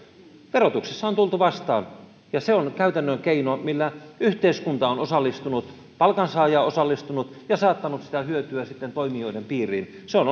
verotuksessa on tultu vastaan ja se on käytännön keino millä yhteiskunta on osallistunut palkansaaja on osallistunut ja saattanut sitä hyötyä sitten toimijoiden piiriin se on